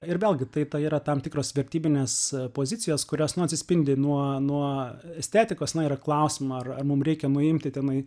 ir vėlgi tai ta yra tam tikros vertybinės pozicijos kurios nu atsispindi nuo nuo estetikos na yra klausiama ar mum reikia nuimti tenai